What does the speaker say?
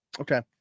Okay